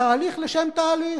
בתהליך לשם תהליך.